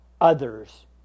others